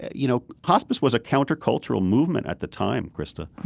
you know, hospice was a countercultural movement at the time, krista.